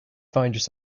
find